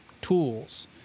tools